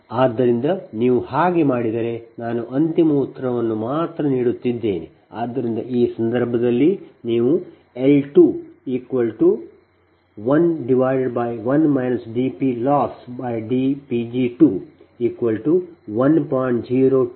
ಆದ್ದರಿಂದ ನೀವು ಹಾಗೆ ಮಾಡಿದರೆ ನಾನು ಅಂತಿಮ ಉತ್ತರವನ್ನು ಮಾತ್ರ ನೀಡುತ್ತಿದ್ದೇನೆ ಆದ್ದರಿಂದ ಆ ಸಂದರ್ಭದಲ್ಲಿ ನೀವು L211 dPLossdPg21